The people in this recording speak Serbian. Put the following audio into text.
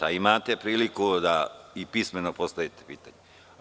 Imate priliku i pismeno da postavite pitanje.